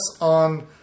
on